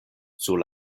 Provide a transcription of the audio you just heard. sur